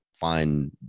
find